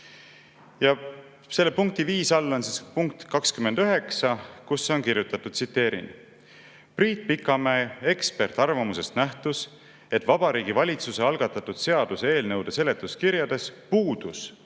Ja selle punkti 5 all on punkt 29, kus on kirjutatud, tsiteerin: "Priit Pikamäe ekspertarvamusest nähtus, et Vabariigi Valitsuse algatatud seaduse eelnõude seletuskirjades puudus